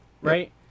right